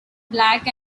black